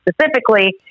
specifically